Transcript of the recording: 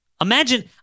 Imagine